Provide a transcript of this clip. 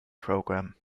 programme